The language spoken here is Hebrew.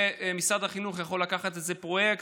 משרד החינוך יכול לקחת את זה כפרויקט,